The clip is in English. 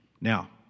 Now